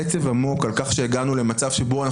עצב עמוק על כך שהגענו למצב שבו אנחנו